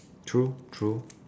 true true